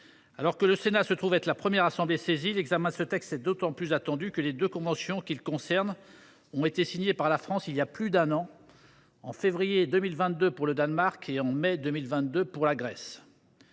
Alors que le Sénat se trouve être la première assemblée saisie, l’examen de ce texte est d’autant plus attendu que les deux conventions qu’il concerne ont été signées par la France voilà plus d’un an : en février 2022 pour le Danemark et en mai 2022 pour la Grèce.